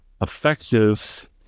effective